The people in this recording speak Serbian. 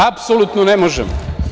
Apsolutno ne možemo.